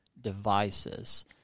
devices